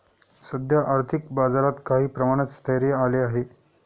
सध्या आर्थिक बाजारात काही प्रमाणात स्थैर्य आले आहे